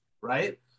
right